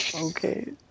Okay